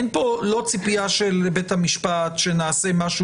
אין פה ציפייה של בית המשפט שנעשה משהו